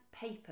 paper